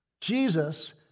Jesus